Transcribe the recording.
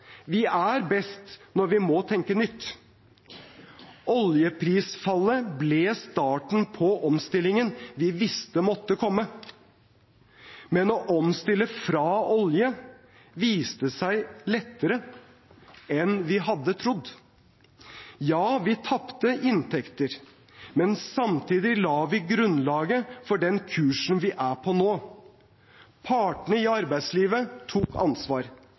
Vi er best når vi må tenke nytt. Oljeprisfallet ble starten på omstillingen vi visste måtte komme. Men å omstille fra olje viste seg lettere enn vi hadde trodd. Ja, vi tapte inntekter, men samtidig la vi grunnlaget for den kursen vi er på nå. Partene i arbeidslivet tok ansvar,